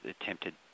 attempted